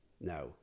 Now